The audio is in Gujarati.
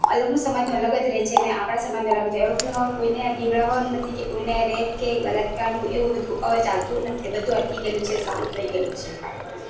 આ લોકોનો સમાજ અલગ જ રહે છે અને આપણા સમાજને અલગ છે એ લોકને હવે કોઈને બીવડાવવાનું નથી કે કોઈને રેપ કે બળાત્કારનું એવું બધુ હવે ચાલતું નથી એ બધુ અટકી ગયેલું છે શાંત થઈ ગયેલું છે